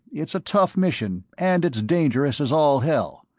it's a tough mission and it's dangerous as all hell,